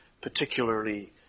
particularly